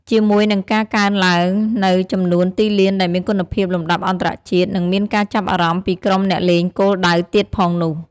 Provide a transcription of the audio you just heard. ជាមួយនឹងការកើនឡើងនូវចំនួនទីលានដែលមានគុណភាពលំដាប់អន្តរជាតិ និងមានការចាប់អារម្មណ៍ពីក្រុមអ្នកលេងគោលដៅទៀតផងនោះ។